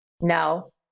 No